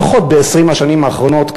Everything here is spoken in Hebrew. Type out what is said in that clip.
לפחות ב-20 השנים האחרונות,